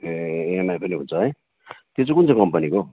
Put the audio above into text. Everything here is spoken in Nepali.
ए इएमआई पनि हुन्छ है त्यो चाहिँ कुन चाहिँ कम्पनीको हौ